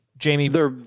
Jamie